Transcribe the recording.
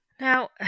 Now